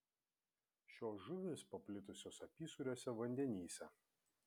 šios žuvys paplitusios apysūriuose vandenyse